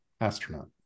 astronaut